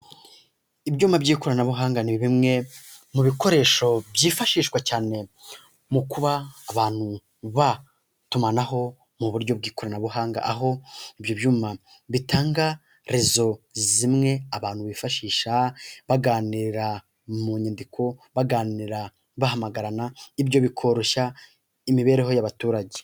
Ibyuma by'ikoranabuhanga ni bimwe mu bikoresho byifashishwa cyane mu kuba abantu batumanaho mu buryo bw'ikoranabuhanga, aho ibyo byuma bitanga rezo zimwe abantu bifashisha baganira mu nyandiko, baganira bahamagarana, ibyo bikoroshya imibereho y'abaturage.